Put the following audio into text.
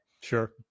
Sure